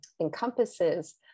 encompasses